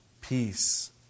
peace